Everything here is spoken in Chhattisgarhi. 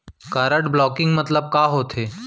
कारड ब्लॉकिंग मतलब का होथे?